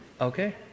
Okay